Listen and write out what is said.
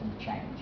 change